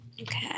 Okay